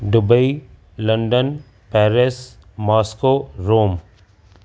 Dubai London Paris Moscow Rome